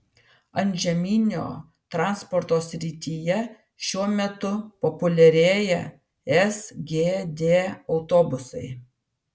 antžeminio transporto srityje šiuo metu populiarėja sgd autobusai